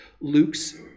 Luke's